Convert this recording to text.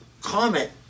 comment